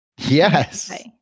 Yes